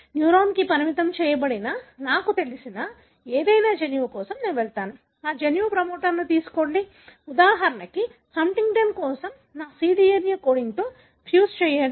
న్యూరాన్కు పరిమితం చేయబడిన నాకు తెలిసిన ఏదైనా జన్యువు కోసం నేను వెళ్తాను ఆ జన్యు ప్రమోటర్ను తీసుకోండి ఉదాహరణకు హంటింగ్టన్ కోసం నా cDNA కోడింగ్తో ఫ్యూజ్ చేయండి